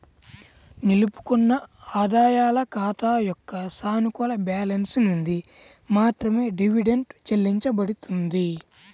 నిలుపుకున్న ఆదాయాల ఖాతా యొక్క సానుకూల బ్యాలెన్స్ నుండి మాత్రమే డివిడెండ్ చెల్లించబడుతుంది